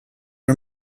are